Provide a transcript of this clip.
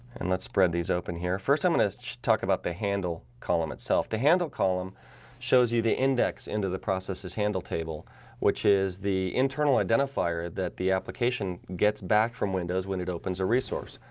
and let's spread these open here first. i'm going to talk about the handle column itself the handle column shows you the index into the processes handle table which is the internal identifier that the application gets back from windows when it opens a resource?